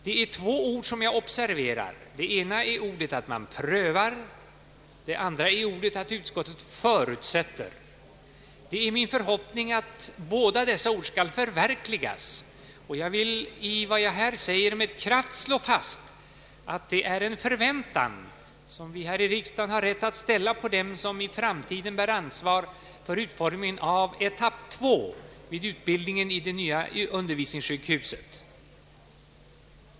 Det är två ord jag lagt märke till; det ena är att utskottet framhåller att det är angeläget att vederbörande myndigheter ”prövar” och det andra är att utskottet ”förutsätter” att man i planeringsarbetet prövar det i motionen framförda förslaget. Det är min förhoppning att båda dessa ord skall förverkligas, och jag vill med kraft slå fast att det är en förväntan som vi här i riksdagen har rätt att ställa på dem som i framtiden bär ansvar för utformningen av etapp 2 vid utbildningen vid det nya undervisningssjukhuset.